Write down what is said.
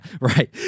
right